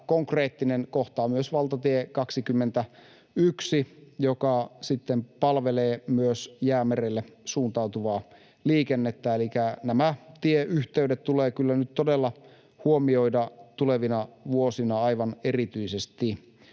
konkreettinen kohta on myös valtatie 21, joka palvelee myös Jäämerelle suuntautuvaa liikennettä. Elikkä nämä tieyhteydet tulee kyllä nyt todella huomioida tulevina vuosina aivan erityisesti.